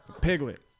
Piglet